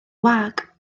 wag